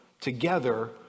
together